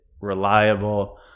reliable